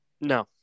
No